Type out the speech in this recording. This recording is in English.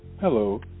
Hello